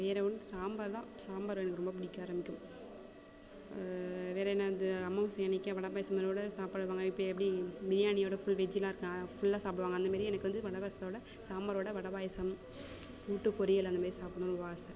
வேறே ஒன்றும் சாம்பார் தான் சாம்பார் எனக்கு ரொம்ப பிடிக்க ஆரம்பிக்கும் வேறே என்னது அமாவசை அன்றைக்கி வடை பாயாசங்களோடய சாப்பாடு வைப்பாங்க இப்போ எப்படி பிரியாணியோடய ஃபுல் வெஜ்ஜிலாம் இருக்கா ஃபுல்லாக சாப்பிடுவாங்க அந்த மாதிரி எனக்கு வந்து வடை பாயாசத்தோடாய சாம்பாரோடய வடை பாயாசம் கூட்டு பொரியல் அந்த மாதிரி சாப்பிட்ன்னு ரொம்ப ஆசை